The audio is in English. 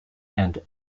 and